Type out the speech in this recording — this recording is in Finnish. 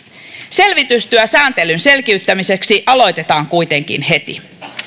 selvitystyö sääntelyn selkiyttämiseksi aloitetaan kuitenkin heti